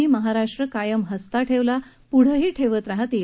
नी महाराष्ट्र कायम हसता ठेवला पुढेही ठेवत राहतील